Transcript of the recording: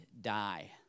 die